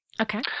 Okay